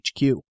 HQ